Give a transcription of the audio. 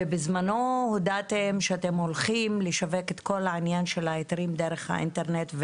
ובזמנו הודעתם שאתם הולכים לשווק את כל העניין של ההיתרים דרך האינטרנט,